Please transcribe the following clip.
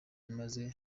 maze